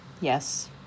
Yes